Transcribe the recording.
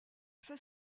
fait